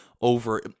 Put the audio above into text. over